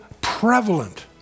prevalent